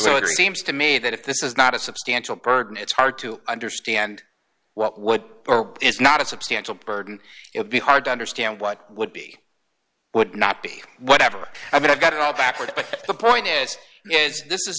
seems to me that if this is not a substantial burden it's hard to understand what would it's not a substantial burden it would be hard to understand what would be would not be whatever i mean i've got it all backwards but the point is is this is